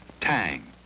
Tang